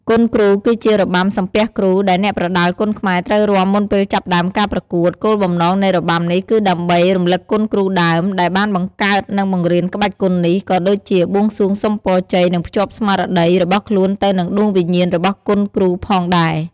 គុនគ្រូ គឺជា របាំសំពះគ្រូ ដែលអ្នកប្រដាល់គុនខ្មែរត្រូវរាំមុនពេលចាប់ផ្តើមការប្រកួត គោលបំណងនៃរបាំនេះ គឺដើម្បី រំលឹកគុណគ្រូដើម ដែលបានបង្កើត និងបង្រៀនក្បាច់គុននេះ ក៏ដូចជា បួងសួងសុំពរជ័យ និងភ្ជាប់ស្មារតី របស់ខ្លួនទៅនឹងដួងវិញ្ញាណរបស់គុនគ្រូផងដែរ។